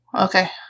Okay